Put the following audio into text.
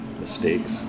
mistakes